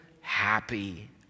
happy